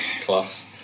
class